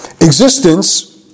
existence